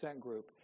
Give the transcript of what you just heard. group